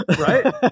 Right